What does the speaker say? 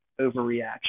overreaction